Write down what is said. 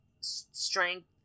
strength-